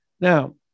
Now